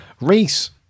Reese